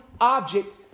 object